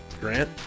Grant